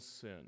sin